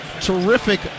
Terrific